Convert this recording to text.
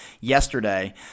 yesterday